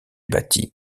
bâtie